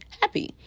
happy